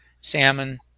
salmon